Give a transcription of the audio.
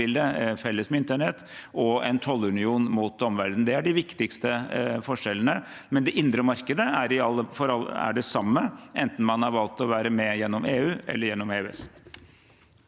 felles myntenhet og en tollunion mot omverdenen. Det er de viktigste forskjellene. Det indre markedet er imidlertid det samme, enten man har valgt å være med gjennom EU eller gjennom EØS.